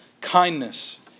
kindness